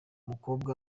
mukobwa